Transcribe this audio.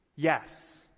Yes